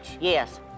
Yes